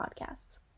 podcasts